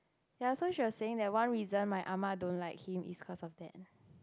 ya so she was saying that one reason my Ah-Ma don't like him is because of that